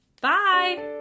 Bye